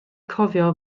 cofio